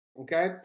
Okay